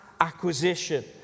acquisition